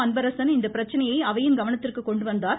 அன்பரசன் இப்பிரச்சனையை அவையின் கவனத்திற்கு கொண்டுவந்தார்